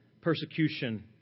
persecution